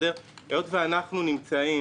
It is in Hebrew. אנחנו מדברים